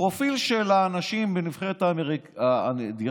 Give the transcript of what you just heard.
הפרופיל של האנשים בנבחרת הדירקטורים,